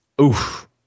Oof